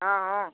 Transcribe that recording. हँ हँ